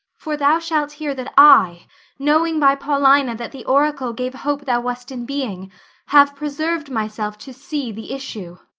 for thou shalt hear that i knowing by paulina that the oracle gave hope thou wast in being have preserv'd myself to see the issue.